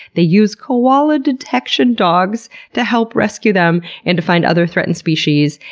they use koala detection dogs to help rescue them and to find other threatened species,